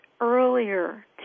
earlier